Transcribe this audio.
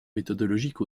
méthodologique